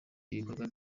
ibikorwa